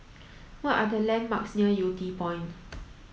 what are the landmarks near Yew Tee Point